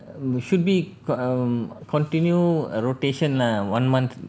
we should be um continue a rotation lah one month